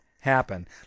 happen